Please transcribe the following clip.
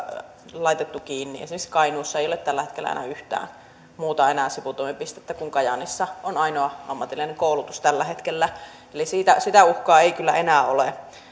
laitettu kiinni esimerkiksi kainuussa ei ole tällä hetkellä enää yhtään muuta sivutoimipistettä kuin kajaanissa jossa on ainoa ammatillinen koulutus tällä hetkellä eli sitä uhkaa ei kyllä enää ole